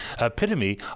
epitome